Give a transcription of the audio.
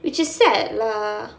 which is sad lah